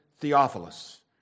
Theophilus